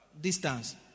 distance